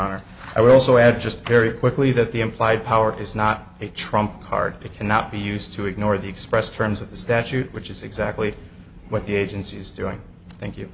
honor i would also add just very quickly that the implied power is not a trump card it cannot be used to ignore the expressed terms of the statute which is exactly what the agency's doing thank you